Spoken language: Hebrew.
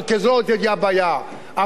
הבעיה שהניהול הכושל הזה,